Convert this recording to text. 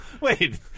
Wait